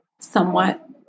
somewhat